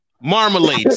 marmalade